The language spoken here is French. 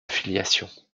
filiation